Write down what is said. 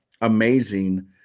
amazing